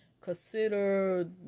consider